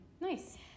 Nice